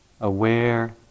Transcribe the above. aware